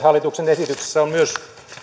hallituksen esityksessä on myös